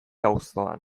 auzoan